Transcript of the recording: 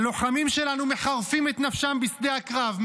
הלוחמים שלנו מחרפים את נפשם בשדה הקרב,